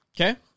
Okay